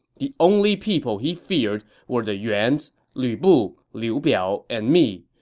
the only people he feared were the yuans, lu bu, liu biao, and me.